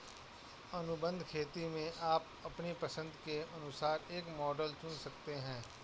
अनुबंध खेती में आप अपनी पसंद के अनुसार एक मॉडल चुन सकते हैं